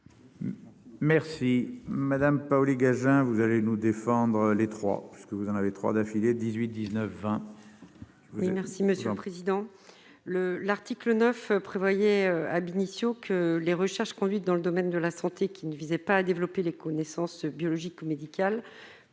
Merci Madame Paoli, Gaza, vous allez nous défendre les 3 puisque vous en avez 3 d'affilée 18 19 20. Oui, merci Monsieur le Président, le l'article 9 prévoyait ab initio que les recherches conduites dans le domaine de la santé qui ne visait pas à développer les connaissances biologiques médical